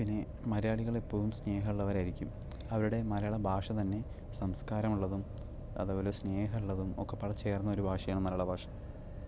പിന്നെ മലയാളികൾ എപ്പോഴും സ്നേഹമുള്ളവരായിരിക്കും അവരുടെ മലയാളഭാഷ തന്നെ സംസ്ക്കാരമുള്ളതും അതുപോലെത്തന്നെ സ്നേഹമുള്ളതും ഒക്കെപ്പാടെ ചേർന്നൊരു ഭാഷയാണ് മലയാളഭാഷ